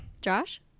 Josh